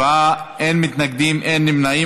בעד, 47, אין מתנגדים, אין נמנעים.